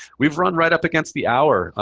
we've run right up against the hour.